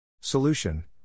Solution